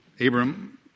Abram